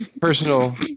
personal